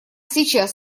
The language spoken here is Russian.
сейчас